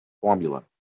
Formula